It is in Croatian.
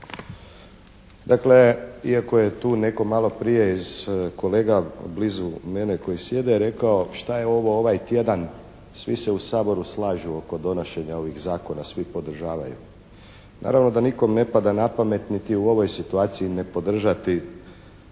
Dakle, iako je tu netko malo prije od kolega blizu mene koji sjede rekao što je ovo ovaj tjedan svi se u Saboru slažu oko donošenja ovih zakona, svi ih podržavaju. Naravno da nikom ne pada na pamet niti u ovoj situaciji ne podržati